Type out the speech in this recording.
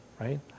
right